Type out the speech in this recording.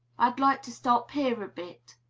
i'd like to stop here a bit.